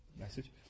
message